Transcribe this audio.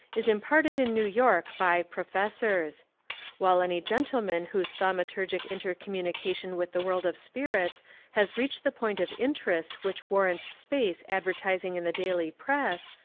is imparted in new york by professors while any gentleman whose thaumaturgic intercom munication with the world of spirits has reached the point of interest which warrants space advertising in the daily press,